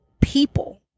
people